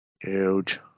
huge